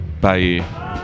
Bye